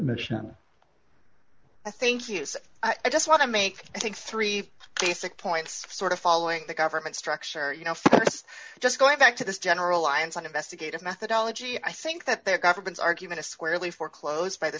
sir i just want to make i think three basic points sort of following the government structure you know just going back to this general lyon's on investigative methodology i think that their government's argument is squarely foreclosed by th